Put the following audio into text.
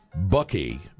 Bucky